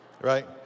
right